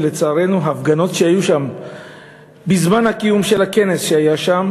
ולצערנו ההפגנות שהיו שם בזמן קיום הכנס שם,